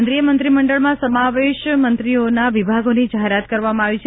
કેન્દ્રીય મંત્રીમંડળમાં સમાવેશ મંત્રીઓના વિભાગોની જાહેરાત કરવામાં આવી છે